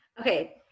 okay